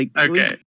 Okay